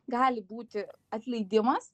gali būti atleidimas